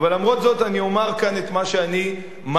אבל למרות זאת אני אומר כאן את מה שאני מאמין,